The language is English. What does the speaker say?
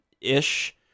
ish